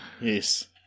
Yes